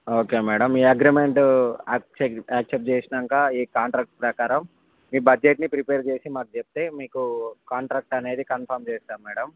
okay madam మీ agreement ఆక్సె accept చేసాక ఈ కాంట్రాక్ట్ ప్రకారం మీ బడ్జెట్ని ప్రిపేర్ చేసి మాకు చెప్తే మీకు కాంట్రాక్ట్ అనేది కన్ఫర్మ్ చేస్తాం మేడం